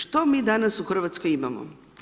Što mi danas u Hrvatskoj imamo.